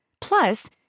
Plus